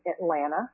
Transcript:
Atlanta